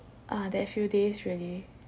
ah that few days really